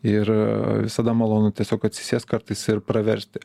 ir visada malonu tiesiog atsisėst kartais ir praverti